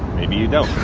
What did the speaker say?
maybe you don't!